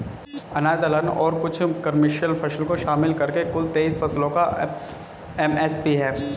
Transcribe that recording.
अनाज दलहन और कुछ कमर्शियल फसल को शामिल करके कुल तेईस फसलों का एम.एस.पी है